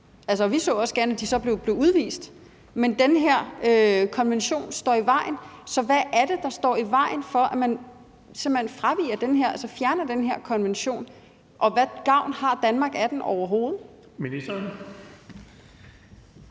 Altså, vi så også gerne, at de så blev udvist. Men den her konvention står i vejen. Så hvad er det, der står i vejen for, at man simpelt hen man fraviger det her, altså simpelt hen fjerner den her konvention? Og hvad gavn har Danmark af den overhovedet? Kl.